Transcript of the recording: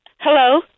Hello